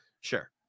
Sure